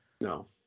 No